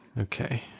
Okay